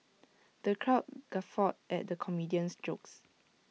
the crowd guffawed at the comedian's jokes